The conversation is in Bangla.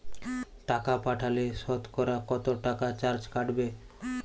টাকা পাঠালে সতকরা কত টাকা চার্জ কাটবে?